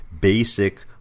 basic